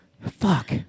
fuck